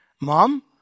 Mom